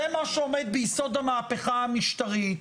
זה מה שעומד ביסוד המהפכה המשטרית,